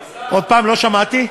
עוד הפעם, לא שמעתי.